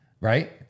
Right